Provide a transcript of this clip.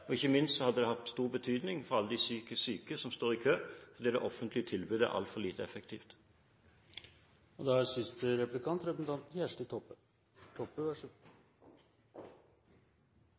regiongrensene. Ikke minst hadde det hatt stor betydning for alle de psykisk syke som står i kø, der det offentlige tilbudet er altfor lite effektivt.